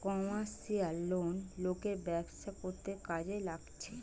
commercial loan লোকের ব্যবসা করতে কাজে লাগছে